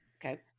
Okay